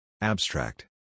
Abstract